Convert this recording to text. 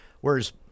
whereas